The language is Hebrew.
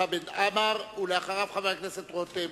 חבר הכנסת חמד עמאר, ואחריו, חבר הכנסת רותם.